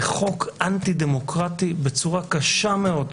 זה חוק אנטי דמוקרטי בצורה קשה מאוד.